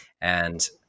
And-